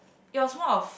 it was one of